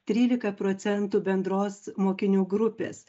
trylika procentų bendros mokinių grupės